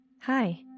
Hi